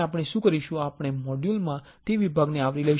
આપણે પછી મોડ્યુલ માં તે વિભાગને આવરી લઈશું